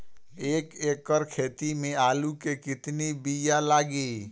एक एकड़ खेती में आलू के कितनी विया लागी?